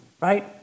right